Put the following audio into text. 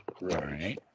right